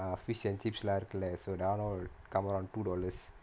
err fish and chips lah இருக்குல:irukkula so danol come around two dollars